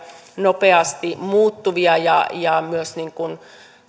nopeasti muuttuvia ja ja myös